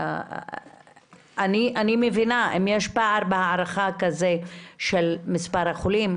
אני מבינה שאם יש כזה פער בהערכה של מספר החולים,